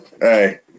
hey